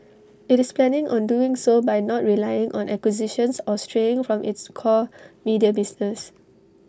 IT is planning on doing so by not relying on acquisitions or straying from its core media business